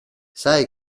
sai